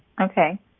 Okay